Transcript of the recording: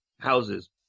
houses